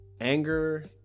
Anger